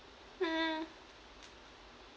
hmm